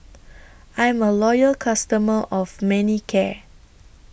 I'm A Loyal customer of Manicare